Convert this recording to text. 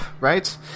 right